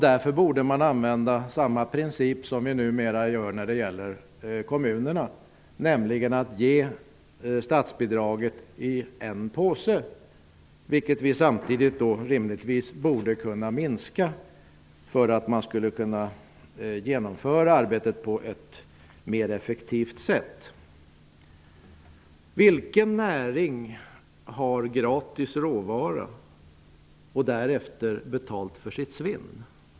Därför borde vi använda samma princip som vi numera använder när det gäller kommunerna, nämligen att ge statsbidraget i en påse. Vi borde samtidigt rimligtvis kunna minska bidraget, så att arbetet genomförs på ett mer effektivt sätt. Vilken näring har gratis råvara och därefter betalt för sitt svinn?